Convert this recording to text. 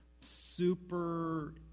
super